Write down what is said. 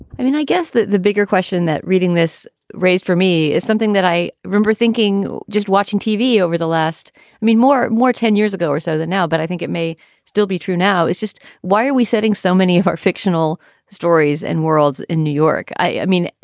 i mean, i guess the the bigger question that reading this raised for me is something that i remember thinking just watching tv over the last i mean, more more ten years ago or so than now. but i think it may still be true. now is just why are we setting so many of our fictional stories and worlds in new york? i i mean,